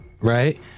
right